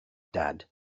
dad